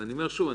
אני אומר שוב,